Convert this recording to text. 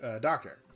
Doctor